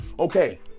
Okay